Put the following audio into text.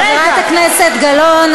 חברת הכנסת גלאון,